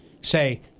Say